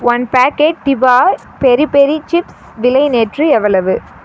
one packet டிபா peri peri chips விலை நேற்று எவ்வளவு